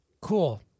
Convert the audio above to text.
cool